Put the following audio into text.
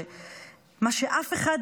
מה שאף אחד